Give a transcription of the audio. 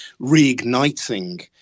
reigniting